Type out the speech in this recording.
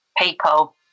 people